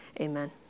Amen